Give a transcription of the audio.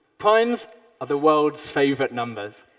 primes are the world's favorite numbers,